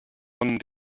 von